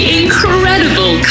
incredible